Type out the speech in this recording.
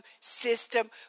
system